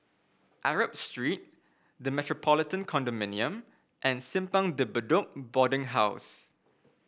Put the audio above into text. Arab Street The Metropolitan Condominium and Simpang De Bedok Boarding House